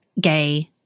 gay